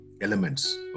elements